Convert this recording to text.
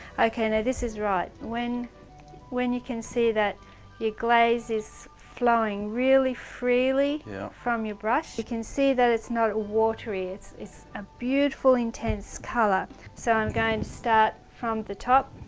and this is right. when when you can see that your glaze is flowing really freely from your brush you can see that it's not watery. it's, it's a beautiful intense colour so i'm going to start from the top,